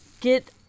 get